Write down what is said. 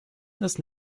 das